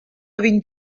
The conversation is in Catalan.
vint